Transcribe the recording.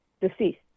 deceased